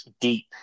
deep